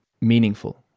meaningful